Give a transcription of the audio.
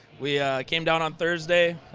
we came down on thursday.